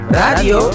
radio